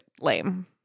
lame